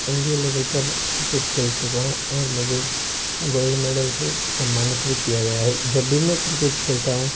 India level पर cricket खेल चुका हूँ और मुझे गोल्ड मेडल से सम्मानित भी किया गया है जब भी मैं क्रिकेट खेलता हूँ